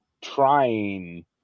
trying